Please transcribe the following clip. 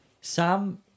Sam